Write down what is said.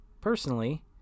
Personally